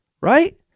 right